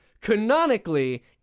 canonically